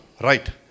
right